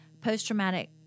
post-traumatic